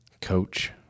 Coach